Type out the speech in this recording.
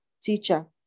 teacher